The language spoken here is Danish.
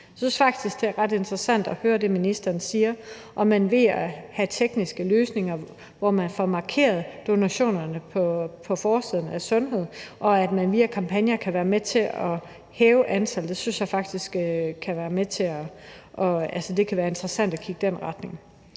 Jeg synes faktisk, det er ret interessant at høre det, ministeren siger om at have tekniske løsninger, hvor man får markeret donationerne på forsiden af www.sundhed.dk, og at man via kampagner kan være med til at hæve antallet af donorer. Jeg synes faktisk, at det kan være interessant at kigge i den retning.